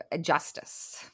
justice